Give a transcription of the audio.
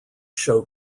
show